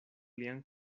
lian